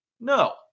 No